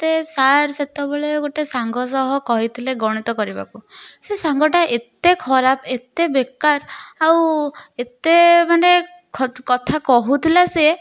ମୋତେ ସାର୍ ସେତେବେଳେ ଗୋଟେ ସାଙ୍ଗ ସହ କହିଥିଲେ ଗଣିତ କରିବାକୁ ସେ ସାଙ୍ଗଟା ଏତେ ଖରାପ ଏତେ ବେକାର ଆଉ ଏତେ ମାନେ ଖତ୍ କଥା କହୁଥିଲା ସେ